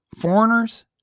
Foreigners